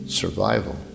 survival